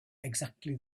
exactly